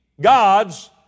gods